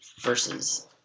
versus